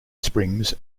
springs